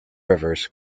rivers